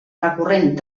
recurrent